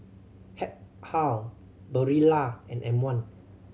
Habhal Barilla and M One